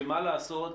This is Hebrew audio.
שמה לעשות,